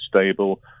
stable